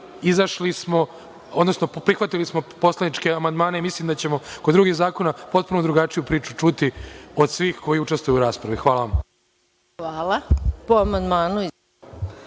izašli smo, odnosno prihvatili smo poslaničke amandmane i mislim da ćemo kod drugih zakona potpuno drugačiju priču čuti od svih koji učestvuju u raspravi. Hvala. **Maja